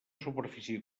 superfície